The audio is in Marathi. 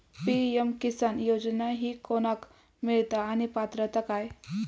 पी.एम किसान योजना ही कोणाक मिळता आणि पात्रता काय?